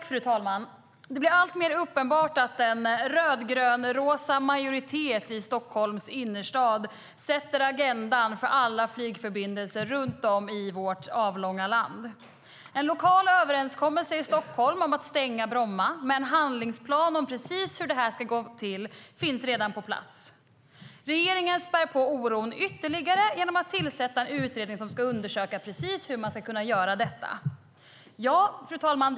Fru talman! Det blir alltmer uppenbart att en rödgrönrosa majoritet i Stockholms innerstad sätter agendan för alla flygförbindelser runt om i vårt avlånga land. En lokal överenskommelse i Stockholm om att stänga Bromma, med en handlingsplan om precis hur det ska gå till, finns redan på plats. Regeringen spär på oron ytterligare genom att tillsätta en utredning som ska undersöka precis hur man ska kunna göra detta. Fru talman!